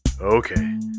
Okay